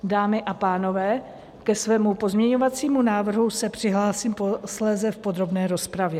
Dámy a pánové, ke svému pozměňovacímu návrhu se přihlásím posléze v podrobné rozpravě.